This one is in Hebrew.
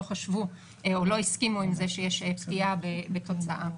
לא חשבו או לא הסכימו עם זה שיש פגיעה בתוצאה.